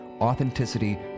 authenticity